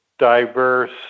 diverse